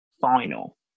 Final